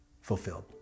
fulfilled